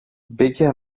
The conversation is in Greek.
μπήκε